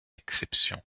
exception